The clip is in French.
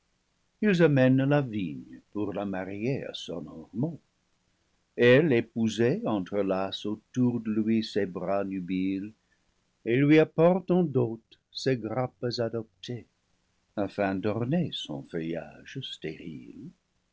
ils amènent la vigne pour la marier à son ormeau elle épousée entrelace autour de lui ses bras nubiles et lui apporte en dot ses grappes adoptées afin d'orner son feuillage stérile